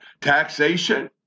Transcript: Taxation